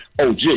OG